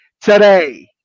Today